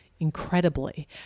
incredibly